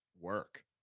work